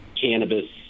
cannabis